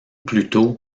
plutôt